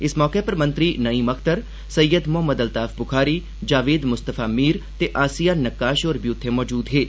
इस मौके पर मंत्री नईम अख्तर सैय्यद मोहम्मद अल्ताफ ब्रुखारी जावेद मुस्तफा मीर ते आसिया नक्काश होर बी उत्थे मौजूद हे